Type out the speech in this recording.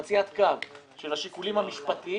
חציית קו של השיקולים המשפטיים,